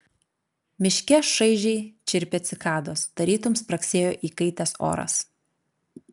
miške šaižiai čirpė cikados tarytum spragsėjo įkaitęs oras